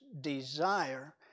desire